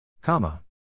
Comma